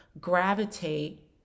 gravitate